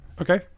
Okay